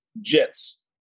Jets